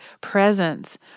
presence